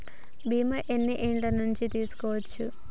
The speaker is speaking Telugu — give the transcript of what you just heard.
బీమా ఎన్ని ఏండ్ల నుండి తీసుకోవచ్చు?